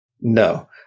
no